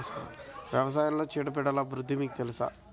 వ్యవసాయంలో చీడపీడల ఉధృతి మీకు తెలుసా?